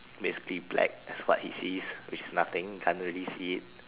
misty black is what he sees which is nothing can't really see it